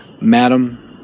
Madam